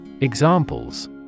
Examples